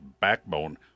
backbone